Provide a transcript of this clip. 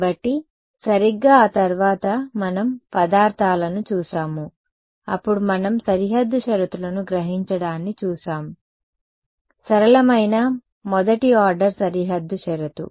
కాబట్టి సరిగ్గా ఆ తర్వాత మనం పదార్థాలను చూశాము అప్పుడు మనం సరిహద్దు షరతులను గ్రహించడాన్ని చూశాము సరళమైన మొదటి ఆర్డర్ సరిహద్దు షరతు